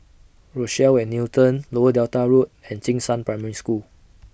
Rochelle At Newton Lower Delta Road and Jing Shan Primary School